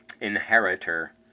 inheritor